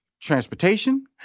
transportation